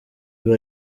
ibi